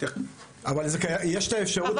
אבל יש את האפשרות הטכנית.